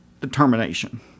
determination